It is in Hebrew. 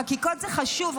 חקיקות זה חשוב,